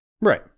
Right